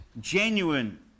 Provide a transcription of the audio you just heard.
genuine